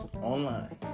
online